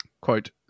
quote